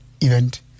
event